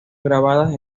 grabadas